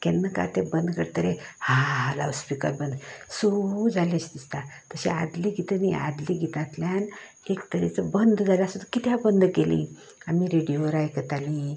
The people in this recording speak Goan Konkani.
केन्ना काय तें बंद करतगीर हा लावडस्पिकर बंद सू जालें अशें दिसता तशें आदलें गितां न्ही आदलीं गितांतल्यान एक तरेचो बंद जाल्यार सुद्दां कित्याक बंद केली आमी रेडियोर आयकताली